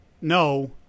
no